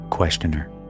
Questioner